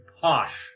posh